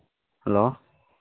hello